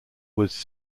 was